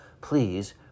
please